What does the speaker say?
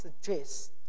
suggest